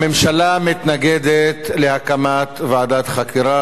הממשלה מתנגדת להקמת ועדת חקירה.